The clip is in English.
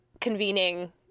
convening